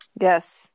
Yes